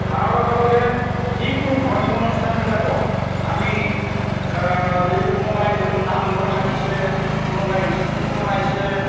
তাৰ লগে লগে যিকোনো ধৰ্মীয় অনুষ্ঠানবিলাকত আমি যদি কোনোবাই ধৰি লওক নামঘৰ সাজিছে কোনোবাই স্কুল বনাইছে